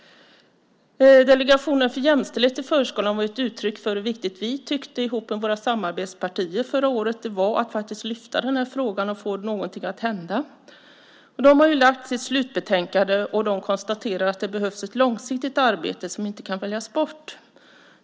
Delegationen för jämställdhet i förskolan var ett uttryck för hur viktigt vi och våra samarbetspartier förra året tyckte att det var att lyfta fram denna fråga och få någonting att hända. Delegationen har lagt fram sitt slutbetänkande och konstaterar att det behövs ett långsiktigt arbete som inte kan väljas bort.